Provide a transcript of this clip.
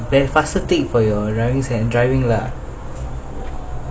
then faster take for your ridings and driving lah